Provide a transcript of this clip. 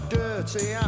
dirty